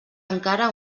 encara